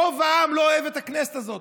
רוב העם לא אוהב את הכנסת הזאת.